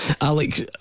Alex